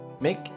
make